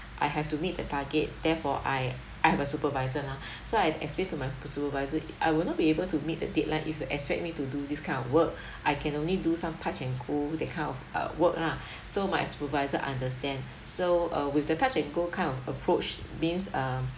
I have to meet the target therefore I I have a supervisor lah so I explain to my supervisor I will not be able to meet the deadline if you expect me to do this kind of work I can only do some touch and go that kind of uh work ah so my supervisor understand so uh with the touch n go kind of approach means err